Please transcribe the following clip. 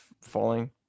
falling